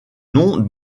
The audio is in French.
nom